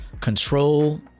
control